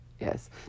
Yes